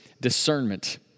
discernment